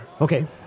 Okay